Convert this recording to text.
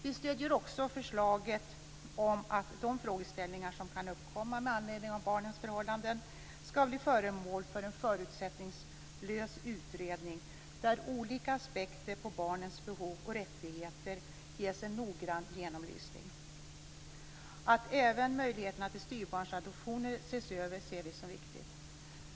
Vi stöder också förslaget om att de frågeställningar som kan uppkomma med anledning av barnens förhållanden skall bli föremål för en förutsättningslös utredning, där olika aspekter på barnens behov och rättigheter ges en noggrann genomlysning. Att även möjligheterna till styvbarnsadoptioner ses över ser vi som viktigt.